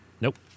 Nope